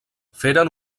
feren